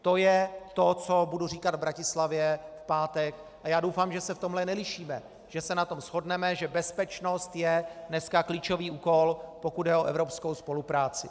To je to, co budu říkat v Bratislavě v pátek, a doufám, že se v tom nelišíme, že se na tom shodneme, že bezpečnost je dneska klíčový úkol, pokud jde o evropskou spolupráci.